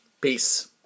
Peace